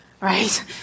right